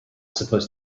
supposed